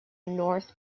north